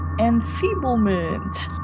Enfeeblement